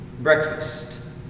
breakfast